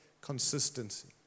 consistency